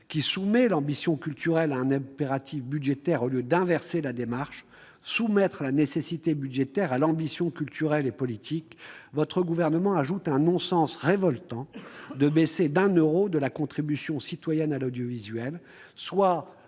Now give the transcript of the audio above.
on soumet l'ambition culturelle à un impératif budgétaire, au lieu d'inverser la démarche : soumettre la nécessité budgétaire à l'ambition culturelle et politique. À ce non-sens le Gouvernement en ajoute un autre, révoltant, en baissant de 1 euro la contribution citoyenne à l'audiovisuel.